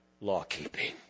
law-keeping